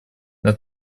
для